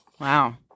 Wow